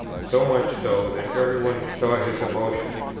so much so, that every one saw his emotion.